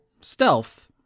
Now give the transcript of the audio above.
stealth